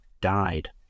died